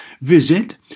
Visit